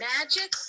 Magic